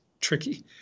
tricky